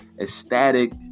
ecstatic